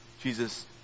Jesus